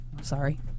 Sorry